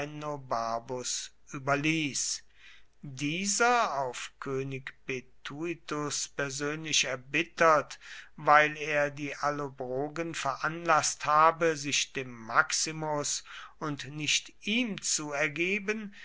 überließ dieser auf könig betuitus persönlich erbittert weil er die allobrogen veranlaßt habe sich dem maximus und nicht ihm zu ergeben